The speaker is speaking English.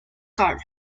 corner